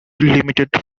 limited